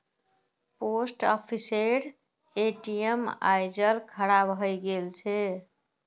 post ऑफिसेर ATM आइज खराब हइ गेल छ